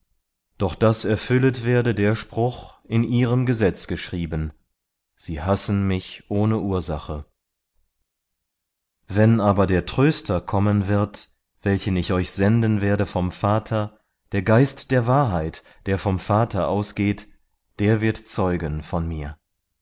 doch daß erfüllet werde der spruch in ihrem gesetz geschrieben sie hassen mich ohne ursache wenn aber der tröster kommen wird welchen ich euch senden werde vom vater der geist der wahrheit der vom vater ausgeht der wird zeugen von mir